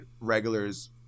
regulars